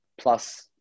plus